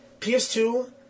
PS2